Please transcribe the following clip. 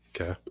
okay